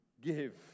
give